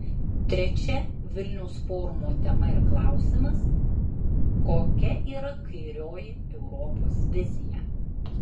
trečia vilniaus forumo tema ir klausimas kokia yra kairioji europos vizija